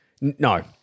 No